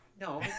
no